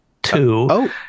Two